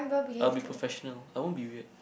I'll be professional I won't be weird